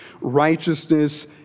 righteousness